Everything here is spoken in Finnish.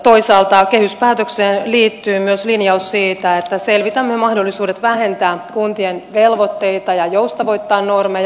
toisaalta kehyspäätökseen liittyy myös linjaus siitä että selvitämme mahdollisuudet vähentää kuntien velvoitteita ja joustavoittaa normeja